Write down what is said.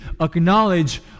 acknowledge